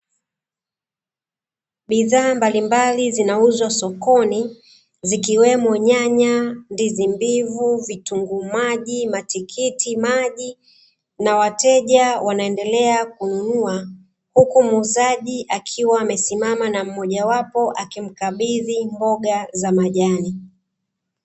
Bidhaa mbalimbali zinauzwa sokoni, zikiwemo: nyanya, ndizi mbivu, vitunguu maji, matikitimaji na wateja wanaendelea kununua huku muuzaji akiwa amesimama na mmojawapo akimkabidhi mboga za majani.